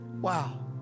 Wow